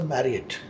Marriott